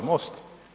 Most.